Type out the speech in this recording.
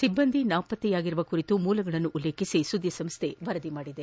ಸಿಬ್ಬಂದಿ ನಾಪತ್ತೆಯಾಗಿರುವ ಕುರಿತು ಮೂಲಗಳನ್ನುಲ್ಲೇಖಿಸಿ ಸುದ್ಗಿ ಸಂಸ್ತೆ ವರದಿ ಮಾಡಿದೆ